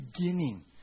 beginning